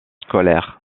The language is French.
scolaires